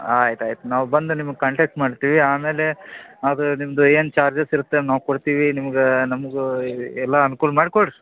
ಆಯ್ತು ಆಯ್ತು ನಾವು ಬಂದು ನಿಮ್ಗೆ ಕಾಂಟ್ಯಾಕ್ಟ್ ಮಾಡ್ತೀವಿ ಆಮೇಲೆ ಅದು ನಿಮ್ದು ಏನು ಚಾರ್ಜಸ್ ಇರುತ್ತೆ ನಾವು ಕೊಡ್ತೀವಿ ನಿಮ್ಗೆ ನಮ್ಗೆ ಎಲ್ಲ ಅನ್ಕೂಲ ಮಾಡಿ ಕೊಡಿರಿ